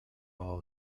all